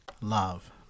Love